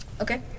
Okay